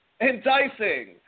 enticing